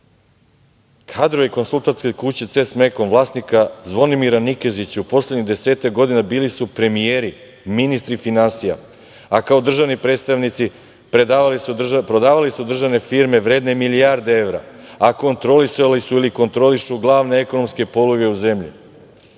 Kadrove konsultantske kuće „CES Mekon“, vlasnika Zvonimira Nikezića, u poslednjih desetak godina bili su premijeri, ministri finansija, a kao državni predstavnici prodavali su državne firme vredne milijarde evra, a kontrolisali su ili kontrolišu glavne ekonomske poluge u zemlji.